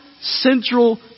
central